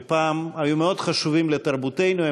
שפעם היו מאוד חשובים לתרבותנו,